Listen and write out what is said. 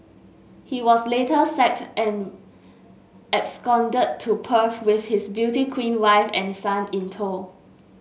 he was later sacked and absconded to Perth with his beauty queen wife and son in tow